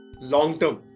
long-term